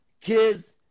kids